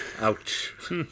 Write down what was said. Ouch